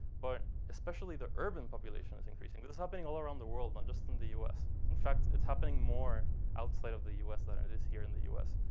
but especially the urban population is increasing. but this happening all around the world, not just in the us. in fact, it's happening more outside of the us than it is here in the us.